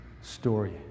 story